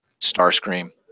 Starscream